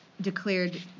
declared